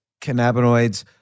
cannabinoids